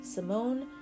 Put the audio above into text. Simone